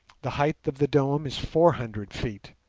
the height of the dome is four hundred feet,